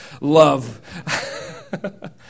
Love